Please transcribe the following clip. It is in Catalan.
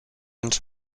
ens